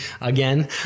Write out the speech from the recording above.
again